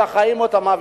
את החיים או את המוות.